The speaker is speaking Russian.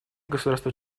государства